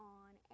on